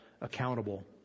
accountable